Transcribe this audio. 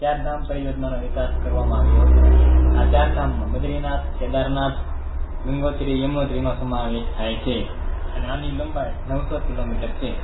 ચારધામ પરિયોજનાનો વિકાસ કરવામાં આવ્યો હતો આ ચારધામમાં બદ્રીનાથ કેદારનાથ ગંગોત્રી યમુનોત્રીનો સમાવેશ થાય છે અને આની લંબાઈ નવસો કિલોમીટર છે